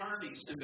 attorneys